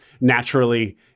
naturally